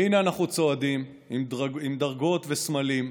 והינה אנחנו צועדים עם דרגות וסמלים,